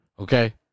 Okay